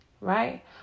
right